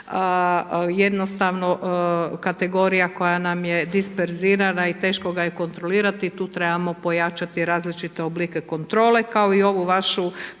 jednostavno kategorija koja nam je disperzirana i teško ga je kontrolirati, tu trebamo pojačati različite oblike kontrole, kao i ovu vašu